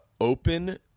open